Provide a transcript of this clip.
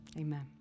Amen